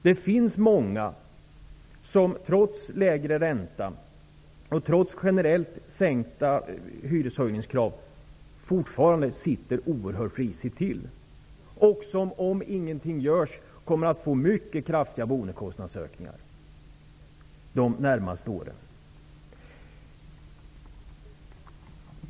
Det finns många som trots lägre ränta och generellt sänkta hyreshöjningskrav fortfarande sitter oerhört risigt till och som, om ingenting görs, kommer att få mycket kraftiga boendekostnadsökningar under de närmaste åren.